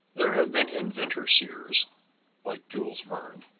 there have been inventor-seers like jules verne.